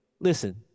listen